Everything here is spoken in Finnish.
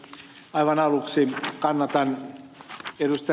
aivan aluksi kannatan ed